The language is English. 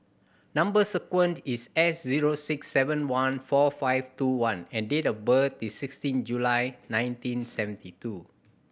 number sequence is S zero six seven one four five two one and date of birth is sixteen July nineteen seventy two